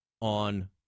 on